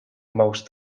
most